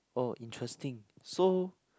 oh interesting so